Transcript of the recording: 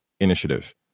initiative